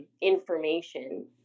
information